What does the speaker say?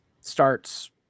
starts